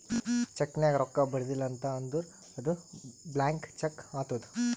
check ನಾಗ್ ರೊಕ್ಕಾ ಬರ್ದಿಲ ಅಂತ್ ಅಂದುರ್ ಅದು ಬ್ಲ್ಯಾಂಕ್ ಚೆಕ್ ಆತ್ತುದ್